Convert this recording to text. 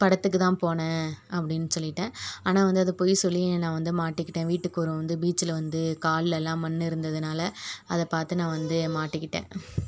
படத்துக்கு தான் போனேன் அப்படின்னு சொல்லிவிட்டேன் ஆனால் வந்து அது பொய் சொல்லி நான் வந்து மாட்டிகிட்டேன் வீட்டுக்கு வரும்போது பீச்சில் வந்து கால்லெலாம் மண் இருந்ததுனால் அதை பார்த்து நான் வந்து மாட்டிகிட்டேன்